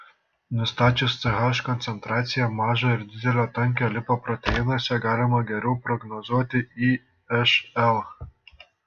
nustačius ch koncentraciją mažo ir didelio tankio lipoproteinuose galima geriau prognozuoti išl